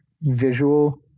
visual